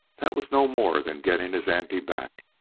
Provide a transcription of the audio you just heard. that was no more than getting his ante back.